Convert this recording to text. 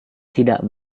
tidak